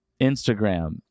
instagram